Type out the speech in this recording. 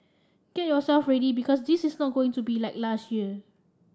get yourself ready because this is not going to be like last year